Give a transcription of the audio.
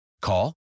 Call